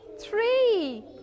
three